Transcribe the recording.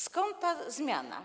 Skąd ta zmiana?